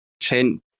chain